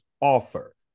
offer